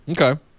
Okay